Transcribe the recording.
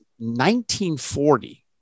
1940